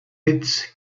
its